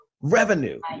revenue